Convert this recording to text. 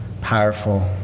powerful